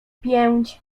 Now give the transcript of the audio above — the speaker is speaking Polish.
pięć